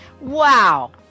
Wow